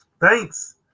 thanks